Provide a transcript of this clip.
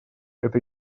эти